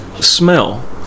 smell